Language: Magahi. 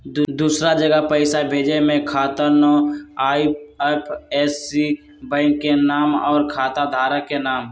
दूसरा जगह पईसा भेजे में खाता नं, आई.एफ.एस.सी, बैंक के नाम, और खाता धारक के नाम?